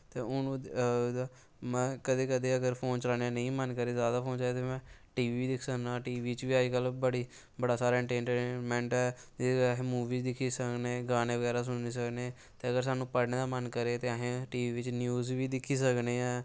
ते हून कदैं कदैं अगर फोन नेंई चलाने दा मन करे जादा फोन ते में टी बी दिक्खी सकना टी वी च अजकल बड़ी बड़ा सारा इंट्रटेनमैंट जेह्दे च अस मूवीस बगैरा दिक्खी सकने गाने बगैरा ते अगर स्हानू पढ़ने दा मन करै ते अस टी वी च न्यूज बी दिक्खी सकने ऐं